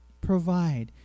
provide